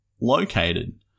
located